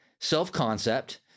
self-concept